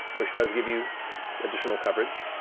which does give you additional coverage,